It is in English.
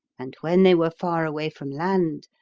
and when they were far away from land,